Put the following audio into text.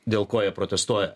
dėl ko jie protestuoja